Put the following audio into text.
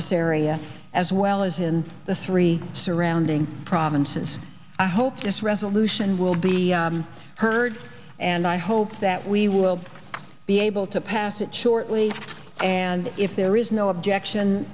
this area as well as in the three surrounding provinces i hope this resolution will be heard and i hope that we will be able to pass it shortly and if there is no objection